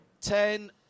ten